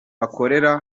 bakorera